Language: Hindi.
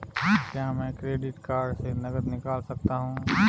क्या मैं क्रेडिट कार्ड से नकद निकाल सकता हूँ?